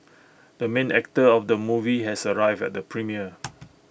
the main actor of the movie has arrived at the premiere